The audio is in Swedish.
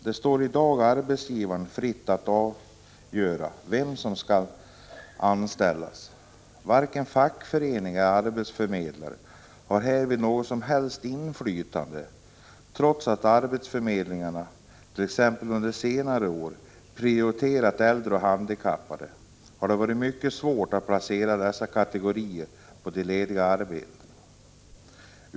Det står i dag arbetsgivare fritt att avgöra vem som skall anställas. Varken fackföreningar eller arbetsförmedlingar har härvidlag något som helst inflytande. Trots att arbetsförmedlingarna t.ex. under senare år har prioriterat äldre och handikappade har det varit mycket svårt att placera dessa människor på de lediga arbetena.